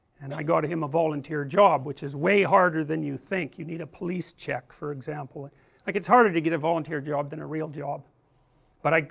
and i got him a volunteer job which is way harder than you think you need a police check, for example like it's harder to get a volunteer job than a real job but i,